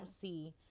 see